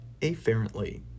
afferently